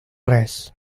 res